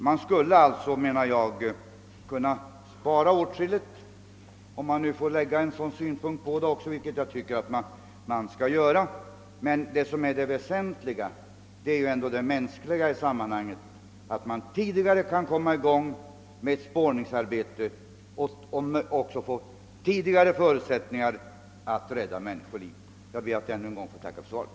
Man skulle alltså kunna spara åtskilligt — och även besparingssynpunkter bör ju anläggas på frågan. Men väsentligast är naturligtvis det mänskliga i sammanhanget: att man snabbare kan komma i gång med spaningsarbetet och få bättre förutsättningar att rädda människoliv. Jag ber att än en gång få tacka för svaret.